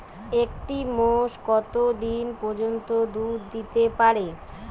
একটি মোষ কত দিন পর্যন্ত দুধ দিতে পারে?